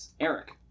Eric